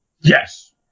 Yes